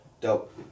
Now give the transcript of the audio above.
dope